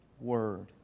Word